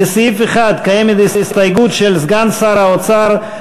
לסעיף 1 קיימת הסתייגות של סגן שר האוצר,